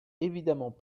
évidemment